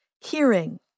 Hearing